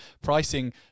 pricing